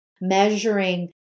measuring